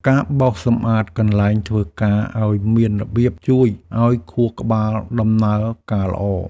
ការបោសសម្អាតកន្លែងធ្វើការឱ្យមានរបៀប ជួយឱ្យខួរក្បាលដំណើរការល្អ។